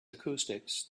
acoustics